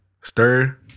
Stir